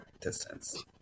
distance